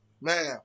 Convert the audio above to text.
man